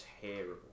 terrible